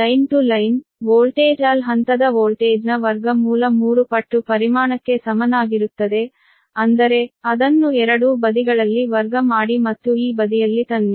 line to line voltage L L ಹಂತದ ವೋಲ್ಟೇಜ್ನ 3 ಪಟ್ಟು ಪರಿಮಾಣಕ್ಕೆ ಸಮನಾಗಿರುತ್ತದೆ ಅಂದರೆ ಅದನ್ನು ಎರಡೂ ಬದಿಗಳಲ್ಲಿ ವರ್ಗ ಮಾಡಿ ಮತ್ತು ಈ ಬದಿಯಲ್ಲಿ ತನ್ನಿ